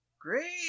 Great